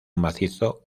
macizo